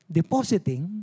depositing